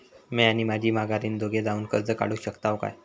म्या आणि माझी माघारीन दोघे जावून कर्ज काढू शकताव काय?